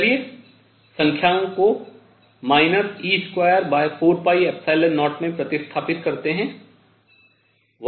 चलिये संख्याओं को e240 में प्रतिस्थापित करतें हैं